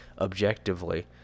objectively